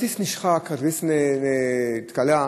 הכרטיס נשחק, הכרטיס התכלה,